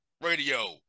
radio